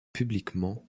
publiquement